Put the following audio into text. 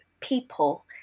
people